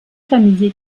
familie